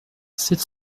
sept